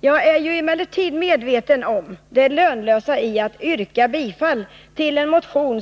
Jag är medveten om det lönlösa i att mot ett enigt utskott yrka bifall till en motion,